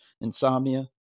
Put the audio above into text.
insomnia